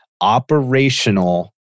operational